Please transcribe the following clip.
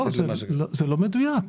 זה לא מדויק.